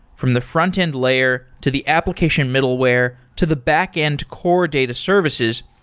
from the frontend layer, to the application middleware, to the backend core data services,